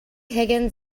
higgins